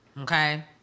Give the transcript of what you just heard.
Okay